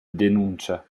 denuncia